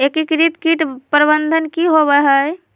एकीकृत कीट प्रबंधन की होवय हैय?